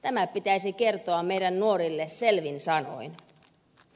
tämä pitäisi kertoa meidän nuorille selvin sanoin